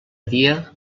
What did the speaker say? dia